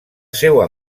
seua